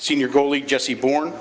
senior goalie jesse born